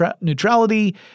neutrality